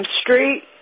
Street